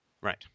Right